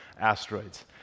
asteroids